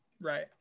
Right